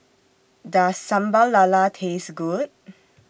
Does Sambal Lala Taste Good